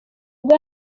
ubwo